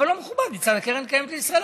אבל לא מכובד מצד הקרן הקיימת לישראל.